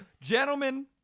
Gentlemen